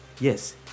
Yes